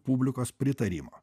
publikos pritarimo